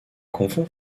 confond